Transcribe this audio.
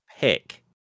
pick